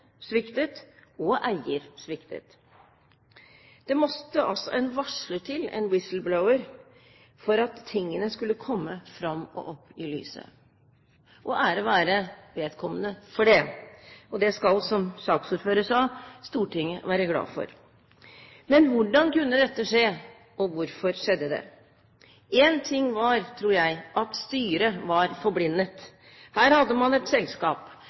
sviktet, og eier sviktet. Det måtte altså en varsler til, en «whistleblower», for at tingene skulle komme fram og opp i lyset – og ære være vedkommende for det. Det skal, som saksordføreren sa, Stortinget være glad for. Men hvordan kunne dette skje – og hvorfor skjedde det? En ting var, tror jeg, at styret var forblindet. Her hadde man et selskap